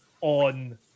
on